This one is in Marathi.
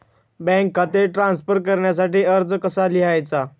बँक खाते ट्रान्स्फर करण्यासाठी अर्ज कसा लिहायचा?